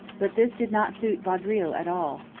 but this did not suit vaudreuil at all.